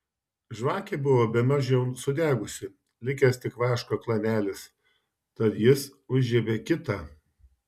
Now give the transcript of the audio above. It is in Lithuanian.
žvakė buvo bemaž jau sudegusi likęs tik vaško klanelis tad jis užžiebė kitą